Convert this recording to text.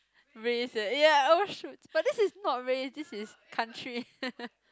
race eh ya oh shoots but this is not race this is country